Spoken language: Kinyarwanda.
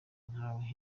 nkawe